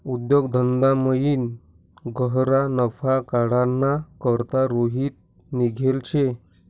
उद्योग धंदामयीन गह्यरा नफा काढाना करता रोहित निंघेल शे